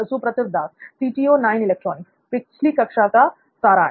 सुप्रतिव दास पिछली कक्षा का सारांश